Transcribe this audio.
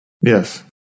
Yes